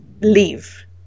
leave